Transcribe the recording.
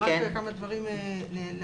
עוד כמה דברים להשלמה.